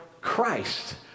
Christ